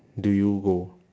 do you go